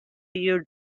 you